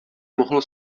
mohlo